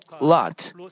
Lot